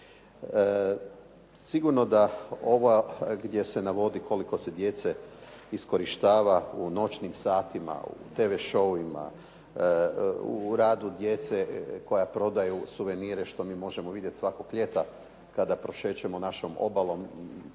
Sigurno da ova gdje se navodi koliko se djece iskorištava u noćnim satima, tv showovima, u radu djece koja prodaju suvenire što mi možemo vidjeti svakog ljeta kada prošećemo našom obalom,